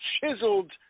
chiseled